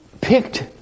picked